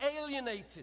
alienated